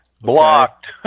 blocked